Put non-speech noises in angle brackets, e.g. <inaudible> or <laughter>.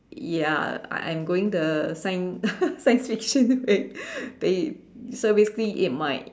ya I'm I'm going the science <laughs> science fiction way so basically it might